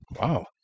Wow